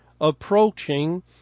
approaching